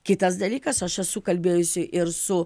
kitas dalykas aš esu kalbėjusi ir su